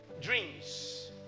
dreams